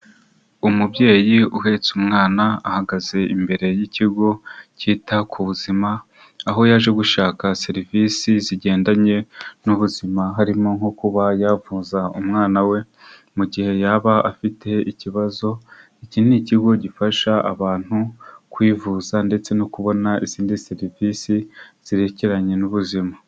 Umubyeyi uhetse umwana ahagaze imbere y'ikigo cyita ku buzima aho yaje gushaka serivisi zigendanye n'ubuzima harimo nko kuba yavuza umwana we mu gihe yaba afite ikibazo iki ni ikigo gifasha abantu kwivuza ndetse no kubona izindi serivisi zirekeranye n'ubuzima.